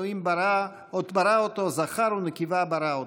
בצלם אלהים ברא אתו, זכר ונקבה ברא אתם".